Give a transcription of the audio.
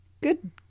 Good